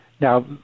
Now